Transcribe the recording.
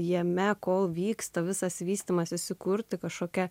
jame kol vyksta visas vystymasis įkurti kažkokia